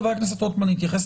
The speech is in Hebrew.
אז חבר הכנסת דיכטר, שנייה.